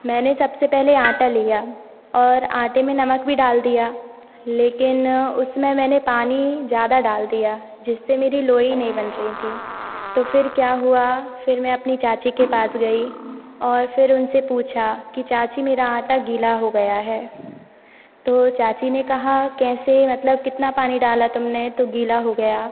मैंने सबसे पहले आटा लिया और आटे में नमक भी डाल दिया लेकिन उसमें मैंने पानी ज़्यादा डाल दिया जिससे मेरी लोई नहीं बन रई थी तो फिर क्या हुआ फिर मैं अपनी चाची के पास गई और फिर उन से पूछा कि चाची मेरा आटा गीला हो गया है तो चाची ने कहा कैसे मतलब कितना पानी डाला तुम ने तो गीला हो गया